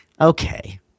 okay